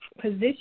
Position